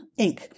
Inc